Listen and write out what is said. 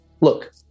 look